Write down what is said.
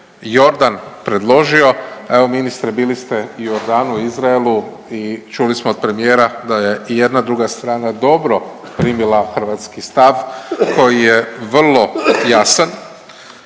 Jordan predložio. Evo ministre bili ste i u Jordanu i Izraelu i čuli smo od premijera da je i jedna i druga strana dobro primila hrvatski stav koji je vrlo jasan,